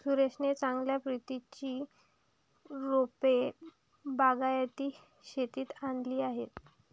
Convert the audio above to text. सुरेशने चांगल्या प्रतीची रोपे बागायती शेतीत आणली आहेत